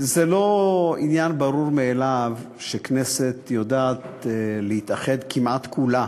זה לא עניין ברור מאליו שהכנסת יודעת להתאחד כמעט כולה